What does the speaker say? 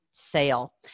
Sale